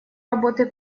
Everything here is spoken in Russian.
работы